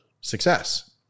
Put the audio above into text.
success